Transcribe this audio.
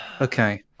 okay